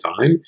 time